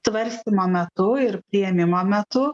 svarstymo metu ir priėmimo metu